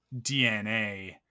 DNA